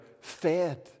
fed